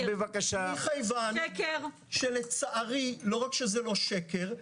להגיד מכיוון שלצערי לא רק שזה לא שקר,